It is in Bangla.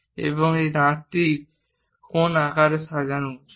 এবং এই দাঁতটি কোন আকারে সাজানো উচিত